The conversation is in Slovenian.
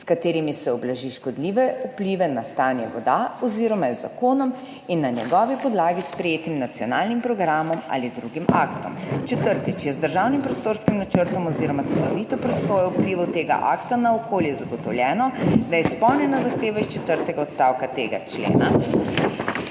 s katerimi se ublaži škodljive vplive na stanje voda oziroma z zakonom in na njegovi podlagi sprejetim nacionalnim programom ali drugim aktom. Četrtič: je z državnim prostorskim načrtom oziroma s celovito presojo vplivov tega akta na okolje zagotovljeno, da je izpolnjena zahteva iz četrtega odstavka tega člena,